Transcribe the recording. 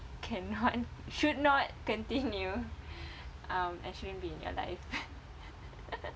cannot should not continue um and shouldn't be in your life